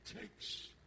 takes